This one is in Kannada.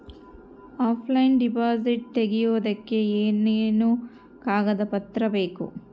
ಆಫ್ಲೈನ್ ಡಿಪಾಸಿಟ್ ತೆಗಿಯೋದಕ್ಕೆ ಏನೇನು ಕಾಗದ ಪತ್ರ ಬೇಕು?